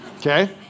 okay